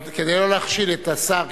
אבל כדי לא להכשיל את השר,